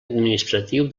administratiu